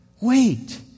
wait